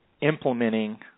implementing –